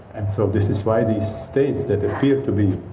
and so this is why these states that appear to be,